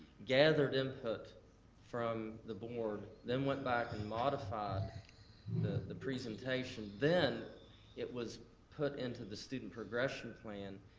gathered input from the board, then went back and modified the the presentation. then it was put into the student progression plan,